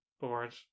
bored